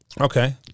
Okay